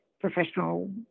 professional